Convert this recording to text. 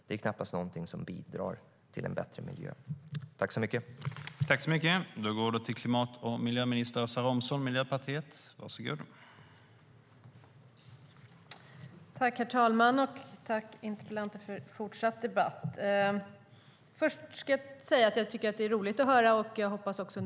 Det är knappast någonting som bidrar till en bättre miljö.